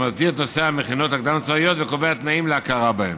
שמסדיר את נושא המכינות הקדם-צבאיות וקובע תנאים להכרה בהן.